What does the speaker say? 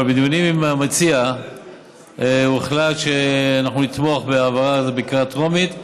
אבל בדיונים עם המציע הוחלט שאנחנו נתמוך בהעברה בקריאה טרומית,